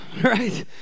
Right